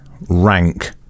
rank